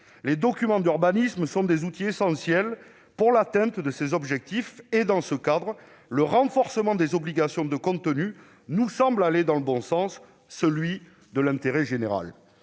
Les documents d'urbanisme sont des outils essentiels pour atteindre ces objectifs et, dans ce cadre, le renforcement des obligations de contenu nous semble aller dans le bon sens, celui de l'intérêt général.